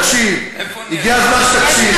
ואתה תקשיב, הגיע הזמן שתקשיב.